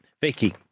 Vicky